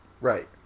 right